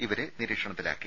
ഇവരെ നിരീക്ഷണത്തിലാക്കി